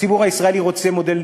הציבור הישראלי רוצה מודל